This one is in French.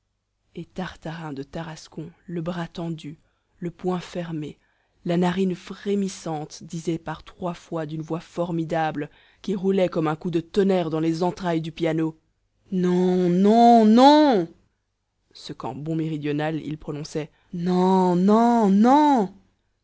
et tartarin de tarascon le bras tendu le poing fermé la narine frémissante disait par trois fois d'une voix formidable qui roulait comme un coup de tonnerre dans les entrailles du piano non non non ce qu'en bon méridional il prononçait nan nan nan